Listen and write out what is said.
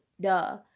duh